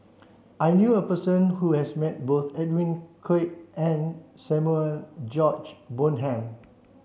I knew a person who has met both Edwin Koek and Samuel George Bonham